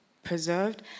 Preserved